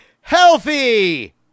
healthy